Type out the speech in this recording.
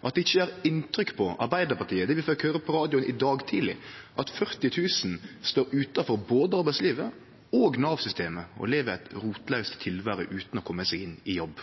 at det ikkje gjer inntrykk på Arbeidarpartiet det vi fekk høyre på radioen i dag tidleg, at 40 000 står utanfor både arbeidslivet og Nav-systemet og lever eit rotlaust tilvære utan å kome seg inn i jobb.